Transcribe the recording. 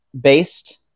based